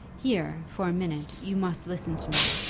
here, for a minute, you must listen to me.